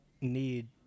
need